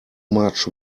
much